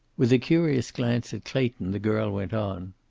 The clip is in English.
with a curious glance at clayton the girl went on.